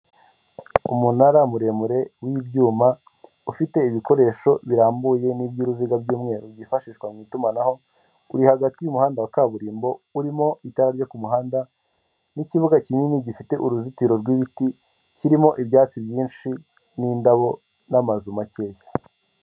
Umunara muremure w'ibyuma ufite ibikoresho birambuye niby'uruziga by'umweru byifashishwa mu itumanaho, uri hagati y'umuhanda wa kaburimbo urimo itara ryo ku muhanda n'ikibuga kinini gifite uruzitiro rw'ibiti, kirimo ibyatsi byinshi n'indabo n'amazu makeya.